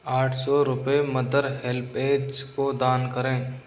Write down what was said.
आठ सौ रुपये मदर हेल्पऐज को दान करें